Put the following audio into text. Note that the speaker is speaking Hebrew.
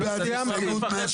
אם כך מי בעד הסתייגות 171?